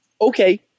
okay